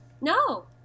no